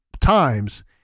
times